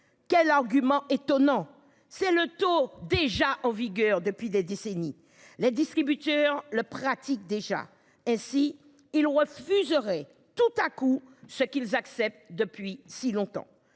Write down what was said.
Quel argument étonnant c'est le taux déjà en vigueur depuis des décennies les distributeurs le pratiquent déjà. Et si il refuserait tout à coup, ce qu'ils acceptent depuis si longtemps